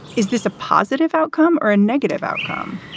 is this a positive outcome or a negative outcome?